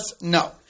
No